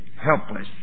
helpless